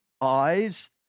eyes